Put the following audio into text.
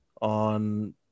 on